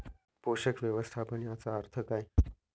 पोषक व्यवस्थापन याचा अर्थ काय?